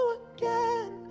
again